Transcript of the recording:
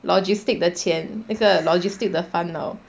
logistic 的钱那个 logistic 的烦恼